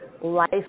life